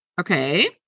okay